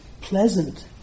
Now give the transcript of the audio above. pleasant